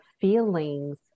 feelings